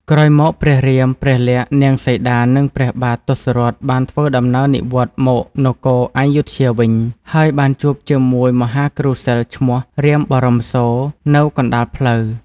ក្រោយមកព្រះរាម ព្រះក្សណ៍ នាងសីតានិងព្រះបាទ ទសរថបានធ្វើដំណើរនិវត្តន៍មកនគរព្ធយុធ្យាវិញ ហើយបានជួបជាមួយមហាគ្រូសិល្ប៍ឈ្មោះ រាមបរមសូរ នៅកណ្តាលផ្លូវ។